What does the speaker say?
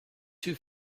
two